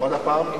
עוד פעם,